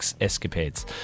escapades